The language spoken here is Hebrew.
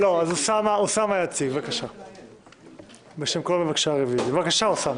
אוסאמה יציג בשם כל מבקשי הרביזיות, בבקשה.